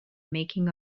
making